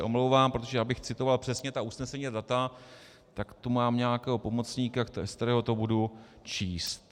Omlouvám se, protože abych citoval přesně ta usnesení a data, tak tu mám nějakého pomocníka, ze kterého to budu číst.